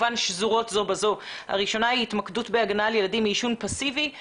כ-40 אחוזים מכלל ילדי ישראל חשופים לעישון פסיבי כזה.